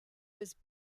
was